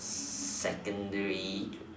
secondary